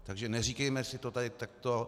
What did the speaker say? Takže neříkejme si to tady takto.